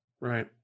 Right